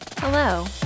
Hello